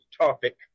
topic